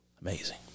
Amazing